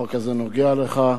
החוק הזה נוגע לך.